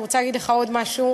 אני רוצה להגיד לך עוד משהו.